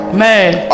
man